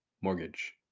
mortgage